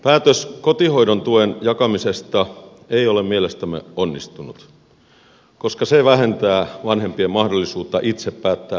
päätös kotihoidon tuen jakamisesta ei ole mielestämme onnistunut koska se vähentää vanhempien mahdollisuutta itse päättää lastenhoidosta